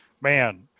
man